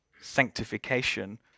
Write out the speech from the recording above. sanctification